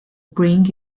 bring